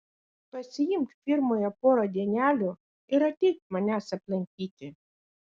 pasiimk firmoje porą dienelių ir ateik manęs aplankyti